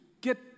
get